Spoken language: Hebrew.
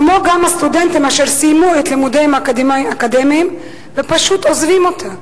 כמו גם סטודנטים אשר סיימו את לימודיהם האקדמיים ופשוט עוזבים אותה,